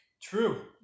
True